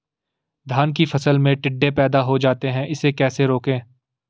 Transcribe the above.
धान की फसल में टिड्डे पैदा हो जाते हैं इसे कैसे रोकें?